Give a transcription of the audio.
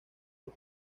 dos